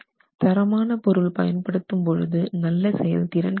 தரமான பொருள் பயன்படுத்தும் போது நல்ல செயல் திறன் கிடைக்கும்